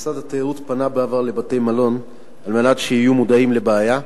משרד התיירות פנה בעבר לבתי-מלון על מנת שיהיו מודעים לבעיה.